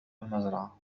المزرعة